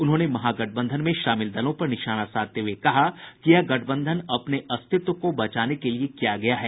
उन्होंने महागठबंधन में शामिल दलों पर निशाना साधते हुये कहा कि यह गठबंधन अपने अस्तित्व को बचाने के लिए किया गया है